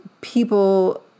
people